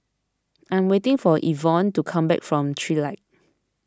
I'm waiting for Evonne to come back from Trilight